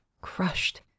crushed